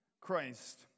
Christ